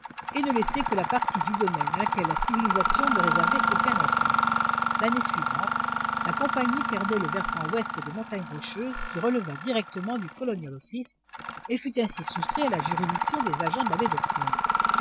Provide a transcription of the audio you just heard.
et ne laisser que la partie du domaine à laquelle la civilisation ne réservait aucun avenir l'année suivante la compagnie perdait le versant ouest des montagnes rocheuses qui releva directement du colonial office et fut ainsi soustrait à la juridiction des agents de la baie